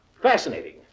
Fascinating